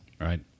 right